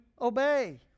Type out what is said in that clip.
obey